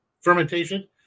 fermentation